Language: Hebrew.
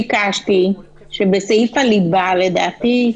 ביקשתי שבסעיף הליבה לדעתי,